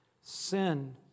sin